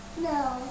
No